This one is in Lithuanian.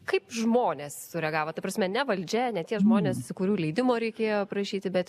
kaip žmonės sureagavo ta prasme ne valdžia ne tie žmonės kurių leidimo reikėjo prašyti bet